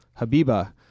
Habiba